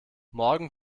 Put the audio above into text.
morgen